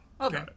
Okay